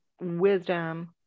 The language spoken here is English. wisdom